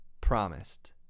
promised